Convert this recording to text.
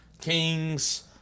Kings